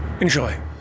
Enjoy